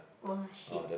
!wah! !shit!